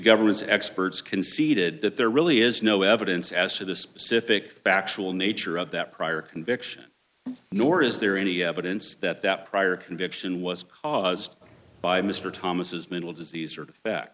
government's experts conceded that there really is no evidence as to the specific factual nature of that prior conviction nor is there any evidence that that prior conviction was caused by mr thomas's mental disease or